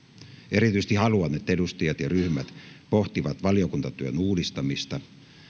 erityisesti haluan että edustajat ja ryhmät pohtivat valiokuntatyön uudistamista